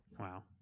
Wow